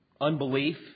unbelief